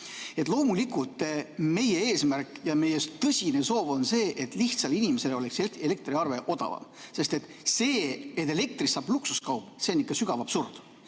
Loomulikult, meie eesmärk ja meie tõsine soov on see, et lihtsal inimesel oleks elekter odavam, sest see, et elektrist saab luksuskaup, on ikka sügav absurd.